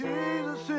Jesus